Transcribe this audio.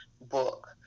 book